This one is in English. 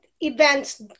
events